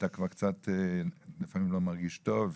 אתה כבר קצת לפעמים לא מרגיש טוב,